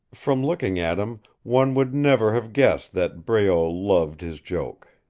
from looking at him one would never have guessed that breault loved his joke.